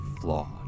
flawed